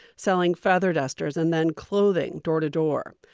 selling feather dusters, and then clothing door to door.